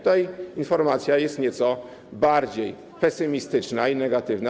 Tutaj informacja jest nieco bardziej pesymistyczna i negatywna.